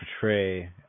portray